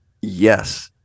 yes